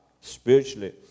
spiritually